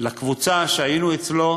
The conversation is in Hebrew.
לקבוצה שהיינו אצלו: